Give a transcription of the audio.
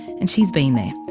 and she's been there.